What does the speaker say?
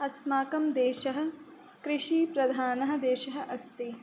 अस्माकं देशः कृषि प्रधानः देशः अस्ति